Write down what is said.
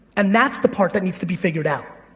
and that's the part that needs to be figured out.